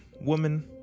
Woman